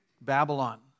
Babylon